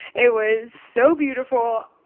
it was so beautiful,